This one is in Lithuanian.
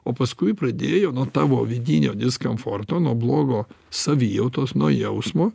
o paskui pradėjo nuo tavo vidinio diskomforto nuo blogo savijautos nuo jausmo